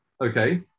Okay